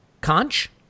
Conch